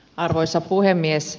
arvoisa puhemies